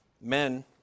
Men